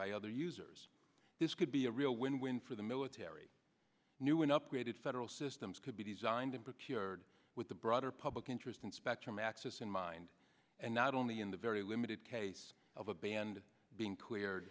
by other users this could be a real win win for the military knew an upgraded federal systems could be designed in particular with the broader public interest in spectrum access in mind and not only in the very limited case of a band being clear